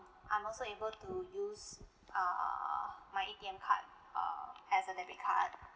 I'm also able to use err my A_T_M card uh as a debit card